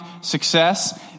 success